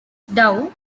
dove